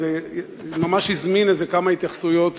זה ממש הזמין כמה התייחסויות